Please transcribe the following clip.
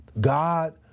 God